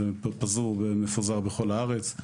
זה מפוזר בכל הארץ,